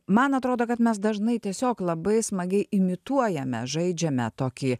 man atrodo kad mes dažnai tiesiog labai smagiai imituojame žaidžiame tokį